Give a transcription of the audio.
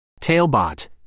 Tailbot